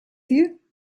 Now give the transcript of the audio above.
you